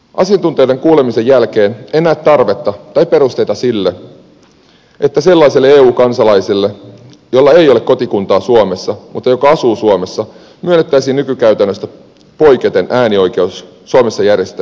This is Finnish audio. asiantuntijoiden kuulemisen jälkeen en näe tarvetta tai perusteita siihen että sellaiselle eu kansalaiselle jolla ei ole kotikuntaa suomessa mutta joka asuu suomessa myönnettäisiin nykykäytännöstä poiketen äänioikeus suomessa järjestettävissä eurovaaleissa